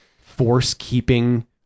force-keeping